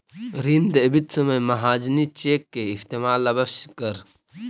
ऋण देवित समय महाजनी चेक के इस्तेमाल अवश्य करऽ